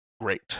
great